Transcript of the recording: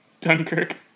Dunkirk